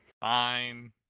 Fine